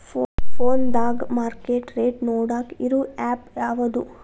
ಫೋನದಾಗ market rate ನೋಡಾಕ್ ಇರು ಆ್ಯಪ್ ಯಾವದು?